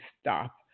stop